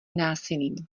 násilím